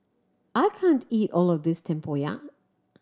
I can't eat all of this tempoyak